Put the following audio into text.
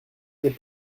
des